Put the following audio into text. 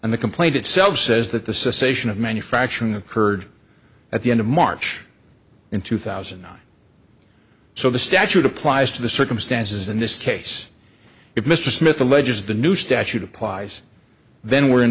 and the complaint itself says that the secession of manufacturing occurred at the end of march in two thousand so the statute applies to the circumstances in this case if mr smith alleges the new statute applies then we're in